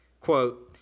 Quote